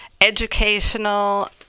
educational